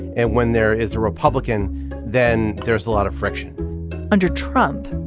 and when there is a republican then there's a lot of friction under trump.